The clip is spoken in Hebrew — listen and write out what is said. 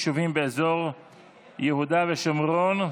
יישובים באזור יהודה ושומרון),